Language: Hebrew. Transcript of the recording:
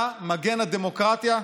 אתה מגן הדמוקרטיה?